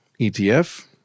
ETF